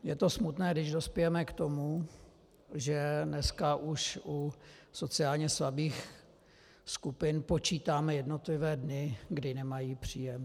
Je to smutné, když dospějeme k tomu, že dneska už u sociálně slabých skupin počítáme jednotlivé dny, kdy nemají příjem.